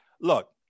look